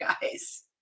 guys